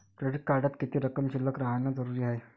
Credit कार्डात किती रक्कम शिल्लक राहानं जरुरी हाय?